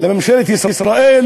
לממשלת ישראל